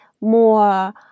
more